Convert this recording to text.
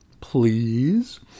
Please